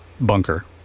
bunker